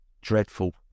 dreadful